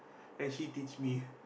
and she teach me